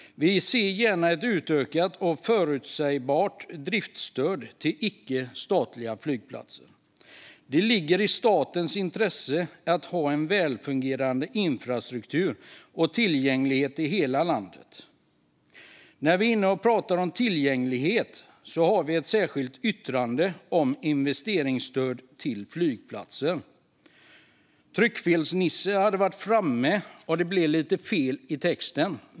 Vi ser gärna ett utökat och förutsägbart driftstöd till icke-statliga flygplatser. Det ligger i statens intresse att ha en välfungerande infrastruktur och tillgänglighet i hela landet. Apropå tillgänglighet har vi ett särskilt yttrande om investeringsstöd till flygplatser. Tryckfelsnisse har varit framme, så det står lite fel i texten.